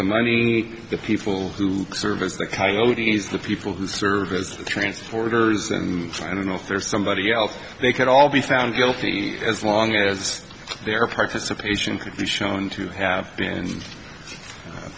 the money the people who service the coyote's the people who service the transporters and i don't know if there's somebody else they could all be found guilty as long as their participation could be shown to have been